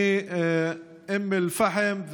מאום אל-פחם,